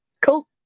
Cool